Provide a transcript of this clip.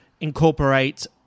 incorporate